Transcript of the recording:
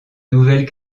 nouvelle